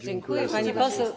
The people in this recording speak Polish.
Dziękuję, pani poseł.